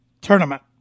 Tournament